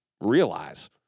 realize